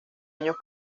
años